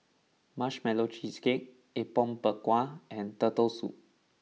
Marshmallow Cheesecake Apom Berkuah and Turtle Soup